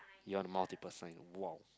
you're the multiple sign !wow!